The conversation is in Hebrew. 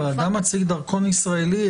אדם מציג דרכון ישראלי,